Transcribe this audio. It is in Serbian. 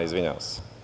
Izvinjavam se.